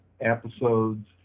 episodes